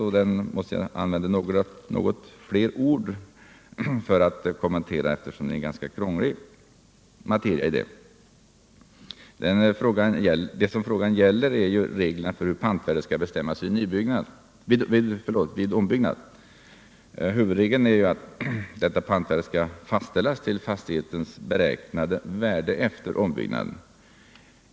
För att kommentera den måste jag använda något fler ord, eftersom det är en ganska krånglig materia i den. Det som frågan gäller är reglerna för hur pantvärdet skall bestämmas vid ombyggnad. Huvudregeln är att detta pantvärde skall fastställas till fastighetens beräknade värde efter ombyggnaden.